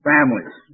Families